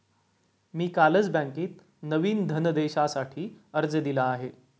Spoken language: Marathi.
मी कालच बँकेत नवीन धनदेशासाठी अर्ज दिला आहे